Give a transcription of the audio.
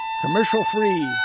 Commercial-free